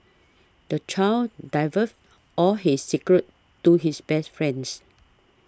the child divulged all his secrets to his best friend